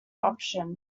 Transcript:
option